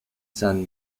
san